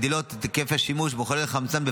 מגדילות את היקף השימוש במחוללי חמצן.